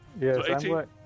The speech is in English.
yes